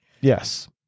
Yes